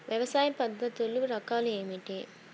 వ్యవసాయ పద్ధతులు రకాలు ఏమిటి?